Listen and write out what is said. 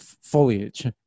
foliage